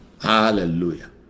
Hallelujah